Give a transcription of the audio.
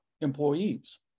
employees